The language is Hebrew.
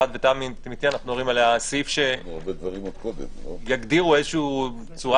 אנחנו מדברים על סעיף שיגדיר באיזושהי צורה